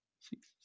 six